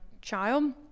child